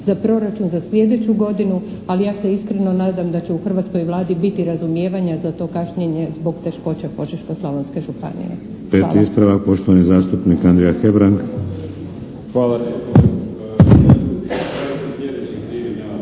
za proračun za slijedeću godinu ali ja se iskreno nadam da će u hrvatskoj Vladi biti razumijevanja za to kašnjenje zbog teškoća Požeško-slavonske županije.